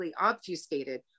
obfuscated